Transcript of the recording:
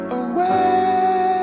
away